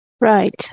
Right